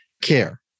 care